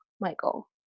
Michael